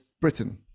Britain